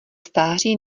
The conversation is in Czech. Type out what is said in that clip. stáří